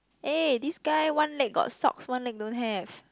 eh this guy one leg got socks one leg don't have